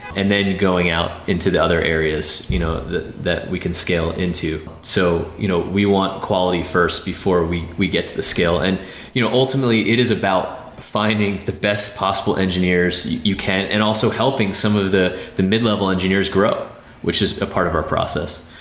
and then going out into the other areas you know that we can scale into so you know we want quality first, before we we get to the scale. and you know ultimately, it is about finding the best possible engineers you can, and also helping some of the the mid-level engineers grow, which is a part of our process.